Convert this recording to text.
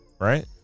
right